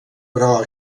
però